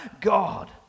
God